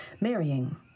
marrying